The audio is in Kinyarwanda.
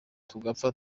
tugapfa